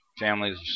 Families